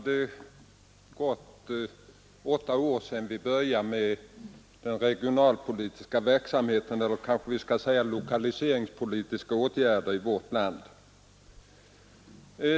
Herr talman! Nu har det gått åtta år sedan vi började med lokaliseringspolitiska åtgärder i vårt land.